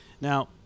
Now